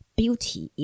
beauty